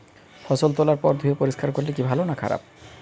ফসল তোলার পর ধুয়ে পরিষ্কার করলে কি ভালো না খারাপ?